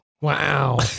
Wow